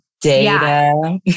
data